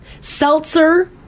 seltzer